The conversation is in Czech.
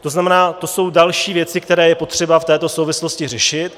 To znamená, to jsou další věci, které je potřeba v této souvislosti řešit.